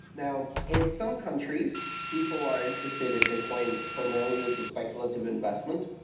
now, in some countries, people are interested in bitcoin primarily as a speculative investment,